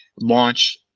launch